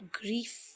grief